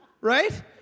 right